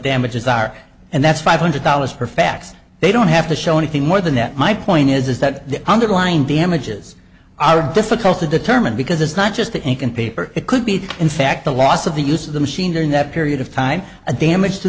damages are and that's five hundred dollars per fax they don't have to show anything more than that my point is that the underlying damages are difficult to determine because it's not just the ink and paper it could be that in fact the loss of the use of the machine during that period of time a damage to